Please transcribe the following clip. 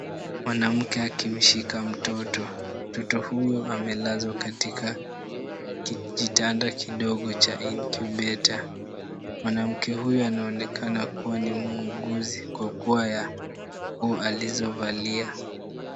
Mwanamke akimshika mtoto. Mtoto huyo amelazwa katika kijitanda kidogo cha incubator . Mwanamke huyu anaonekana kuwa ni muuguzi kwa kuwa nguo alizovalia.